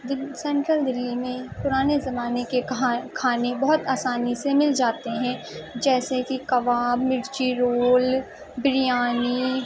central Delhi میں پرانے زمانے کے کھانے بہت آسانی سے مل جاتے ہیں جیسے کہ کباب مرچی رول بریانی